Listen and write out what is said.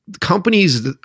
companies